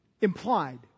Implied